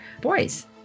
boys